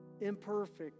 imperfect